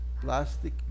plastic